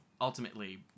ultimately